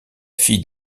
fille